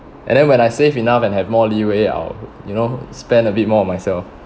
and then when I save enough and have more leeway I'll you know spend a bit more on myself